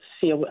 see